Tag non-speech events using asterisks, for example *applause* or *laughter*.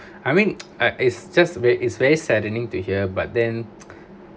I mean *noise* ah it's just weird it's very saddening to hear but then *noise*